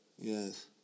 yes